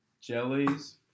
Jellies